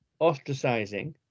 ostracizing